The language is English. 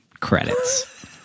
Credits